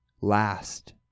last